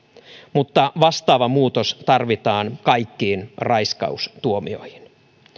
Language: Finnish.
mutta vastaava muutos tarvitaan kaikkiin raiskaustuomioihin